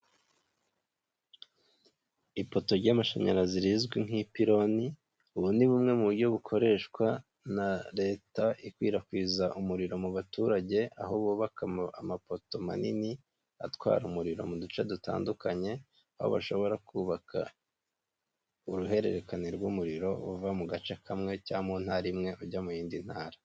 Ipoto ry'amashanyarazi rizwi nk'ipironi, ubu ni bumwe mu buryo bukoreshwa na Leta ikwirakwiza umuriro mu baturage, aho bubaka amapoto manini atwara umuriro mu duce dutandukanye, aho bashobora kubaka uruhererekane rw'umuriro uva mu gace kamwe cyangwa mu Ntara imwe ujya mu yindi Ntara.